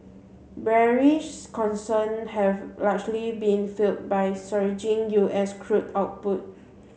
bearish concern have largely been fuelled by surging U S crude output